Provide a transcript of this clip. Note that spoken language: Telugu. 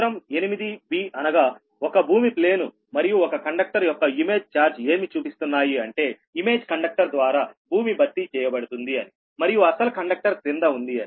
చిత్రం 8 అనగా ఒక భూమి ప్లేను మరియు ఒక కండక్టర్ యొక్క ఇమేజ్ చార్జ్ ఏమి చూపిస్తున్నాయి అంటే ఇమేజ్ కండక్టర్ ద్వారా భూమి భర్తీ చేయబడుతుంది అని మరియు అసలు కండక్టర్ క్రింద ఉంది అని